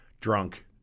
drunk